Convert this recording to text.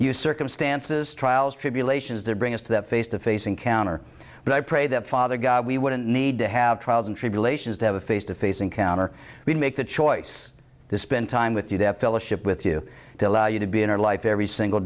you circumstances trials tribulations that bring us to that face to face encounter but i pray that father god we wouldn't need to have trials and tribulations to have a face to face encounter we make the choice to spend time with you to have fellowship with you to allow you to be in our life every single